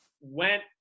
went